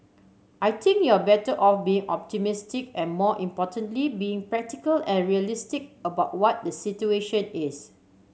I think you're better off being optimistic and more importantly being practical and realistic about what the situation is